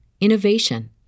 innovation